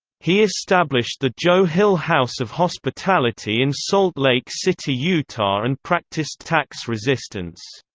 he established the joe hill house of hospitality in salt lake city, utah and practiced tax resistance.